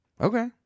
Okay